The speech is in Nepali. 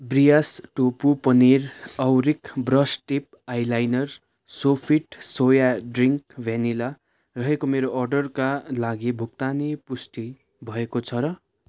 ब्रियास टोफू पनिर औरिक ब्रस टिप आइलाइनर र सोफिट सोया ड्रिङ्क भ्यानिला रहेको मेरो अर्डरका लागि भुक्तानी पुष्टि भएको छ र